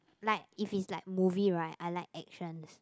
like if is like movie right I like actions